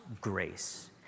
grace